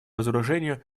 разоружению